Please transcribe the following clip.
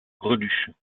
greluche